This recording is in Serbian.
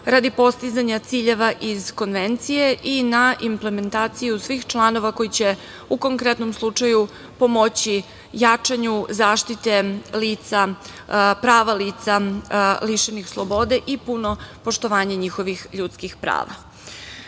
radi postizanja ciljeva iz konvencije i na implementaciju svih članova koji će u konkretnom slučaju pomoći jačanju zaštite lica, prava lica lišenih slobode i puno poštovanje njihovih ljuskih